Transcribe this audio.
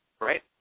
right